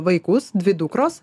vaikus dvi dukros